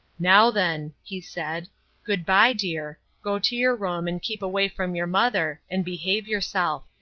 now, then he said, good-by, dear. go to your room, and keep away from your mother, and behave yourself.